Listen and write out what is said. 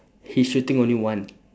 he shooting only one